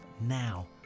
Now